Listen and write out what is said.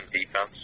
defense